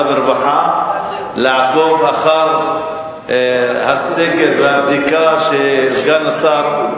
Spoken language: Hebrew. והרווחה לעקוב אחר הסקר והבדיקה שסגן השר,